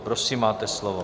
Prosím, máte slovo.